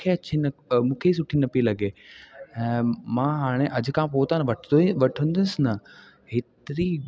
मूंखे अची नकु मूंखे सुठी न पई लॻे मां हाणे अॼु खां पोइ त वठ वठदुंसि ई न हेतिरी